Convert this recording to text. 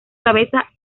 cabeza